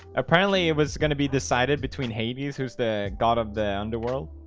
apparently it was going to be decided between hades. who's the god of the underworld?